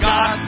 God